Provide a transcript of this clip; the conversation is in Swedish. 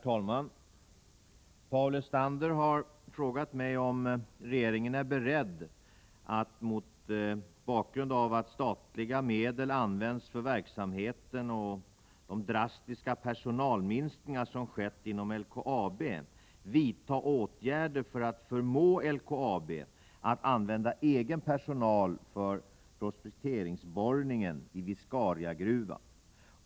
Herr talman! Paul Lestander har frågat mig om 1. regeringen är beredd att, mot bakgrund av att statliga medel används för verksamheten och de drastiska personalminskningar som skett inom LKAB, vidta åtgärder för att förmå LKAB att använda egen personal för prospekteringsborrningen i Viscariagruvan?